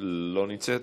לא נמצאת.